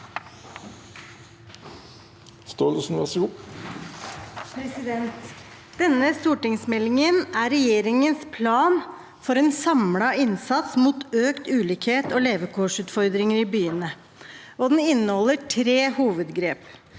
(ordfører for saken): Denne stortingsmeldingen er regjeringens plan for en samlet innsats mot økt ulikhet og levekårsutfordringer i byene. Den inneholder tre hovedgrep: